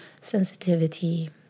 sensitivity